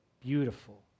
beautiful